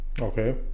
okay